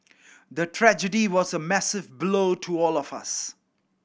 the tragedy was a massive blow to all of us